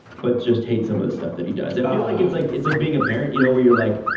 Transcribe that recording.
but just hate some of the stuff that he does. i feel like it's like it's like being a parent, you know, where you like,